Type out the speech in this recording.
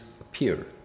appear